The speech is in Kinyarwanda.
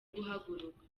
guhaguruka